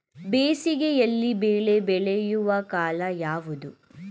ಬೇಸಿಗೆ ಯಲ್ಲಿ ಬೆಳೆ ಬೆಳೆಯುವ ಕಾಲ ಯಾವುದು?